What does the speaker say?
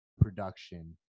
production